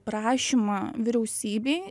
prašymą vyriausybei